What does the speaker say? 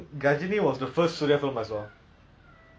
ya he had to build up his body for redmond